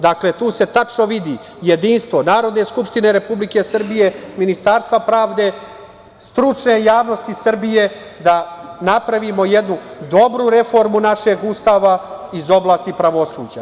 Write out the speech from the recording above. Dakle, tu se tačno vidi jedinstvo Narodne skupštine Republike Srbije, Ministarstva pravde, stručne javnosti Srbije, da napravimo jednu dobru reformu našeg Ustava iz oblasti pravosuđa.